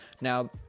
Now